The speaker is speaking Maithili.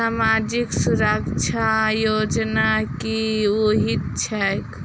सामाजिक सुरक्षा योजना की होइत छैक?